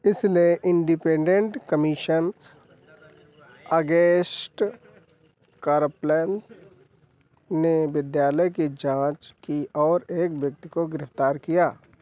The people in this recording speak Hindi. इसने इंडिपेंडेन्ट कमिशन अगेन्स्ट करप्लेन ने विद्यालय की जाँच की और एक व्यक्ति को गिरफ्तार किया